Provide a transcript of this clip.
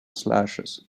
slashes